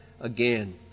again